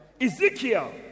Ezekiel